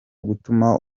gutuma